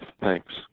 Thanks